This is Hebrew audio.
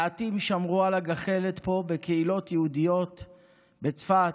מעטים שמרו על הגחלת פה בקהילות יהודיות בצפת,